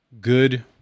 good